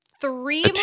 three